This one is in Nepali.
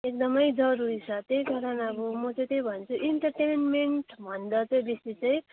एकदमै जरुरी छ त्यही कारण अब म चाहिँ त्यही भन्छु इन्टर्टेनमेन्टभन्दा चाहिँ बेसी चाहिँ